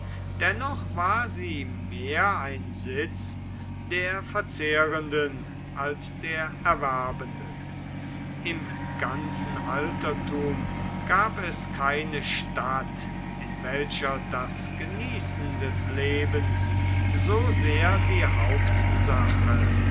dennoch war sie mehr ein sitz der verzehrenden als der erwerbenden im ganzen altertum gab es keine stadt in welcher das genießen des lebens so sehr die hauptsache